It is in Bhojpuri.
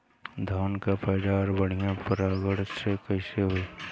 धान की पैदावार बढ़िया परागण से कईसे होई?